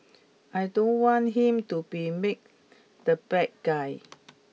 I don't want him to be made the bad guy